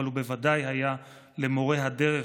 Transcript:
אבל הוא בוודאי היה למורה הדרך